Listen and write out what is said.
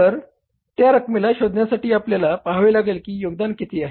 तर त्या रकमेला शोधण्यासाठी आपल्याला पाहावे लागेल की योगदान किती आहे